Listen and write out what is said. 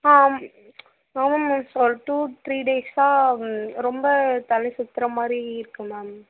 ஆம் ஆமாம் மேம் ஒரு டூ த்ரீ டேஸ்ஸாக ரொம்ப தலை சுத்துற மாதிரி இருக்கு மேம்